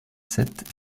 sept